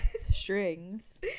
strings